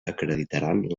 acreditaran